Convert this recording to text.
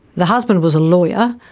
the husband was a lawyer,